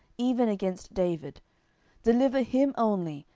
even against david deliver him only,